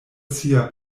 sia